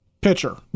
pitcher